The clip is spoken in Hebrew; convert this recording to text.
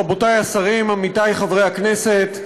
רבותי השרים, עמיתי חברי הכנסת,